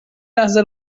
لحظه